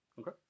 Okay